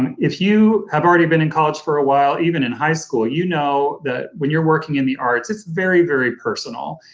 if you have already been in college for a while, even in high school you know that when you're working in the arts it's very, very personal,